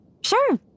Sure